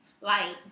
light